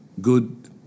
good